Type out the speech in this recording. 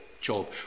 Job